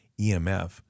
EMF